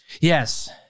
Yes